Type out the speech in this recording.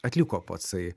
atliko pacai